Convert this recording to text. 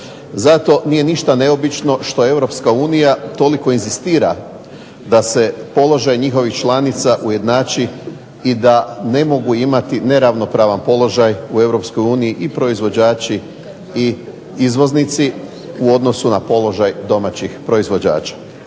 Zato nije ništa neobično što Europska unija toliko inzistira da se položaj njihovih članica ujednači i da ne mogu imati neravnopravan položaj u Europskoj uniji i proizvođači i izvoznici u odnosu na položaj domaćih proizvođača.